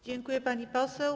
Dziękuję, pani poseł.